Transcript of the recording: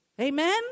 Amen